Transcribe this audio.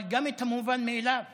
אבל גם את המובן מאליו